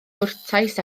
gwrtais